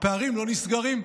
הפערים לא נסגרים.